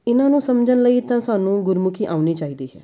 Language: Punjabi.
ਇਹਨਾਂ ਨੂੰ ਸਮਝਣ ਲਈ ਤਾਂ ਸਾਨੂੰ ਗੁਰਮੁਖੀ ਆਉਣੀ ਚਾਹੀਦੀ ਹੈ